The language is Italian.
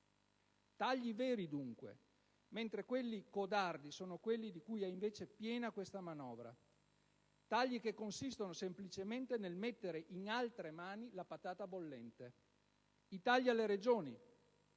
Tagli veri dunque, mentre quelli codardi sono quelli di cui è invece piena questa manovra: tagli che consistono semplicemente nel mettere in altre mani la patata bollente. Tagli alle Regioni,